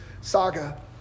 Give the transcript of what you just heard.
saga